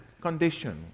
condition